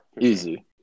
easy